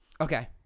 Okay